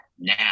now